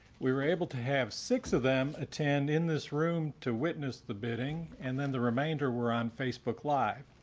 we were able to have six of them attend in this room to witness the bidding and then the remainder were on facebook live.